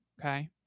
okay